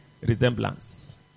resemblance